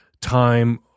time